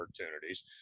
opportunities